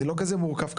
אני לא כזה מורכב כמוכם.